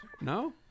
No